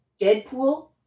Deadpool